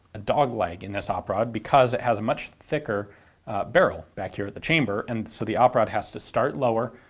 a dogleg, in this op rod because it has a much thicker barrel back here at the chamber, and so the op rod has to start lower,